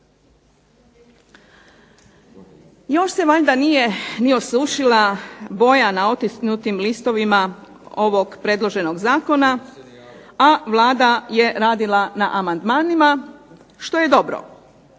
Još se valjda nije ni osušila boja na otisnutim listovima ovog predloženog zakona, a Vlada je radila na amandmanima što je dobro.